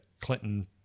Clinton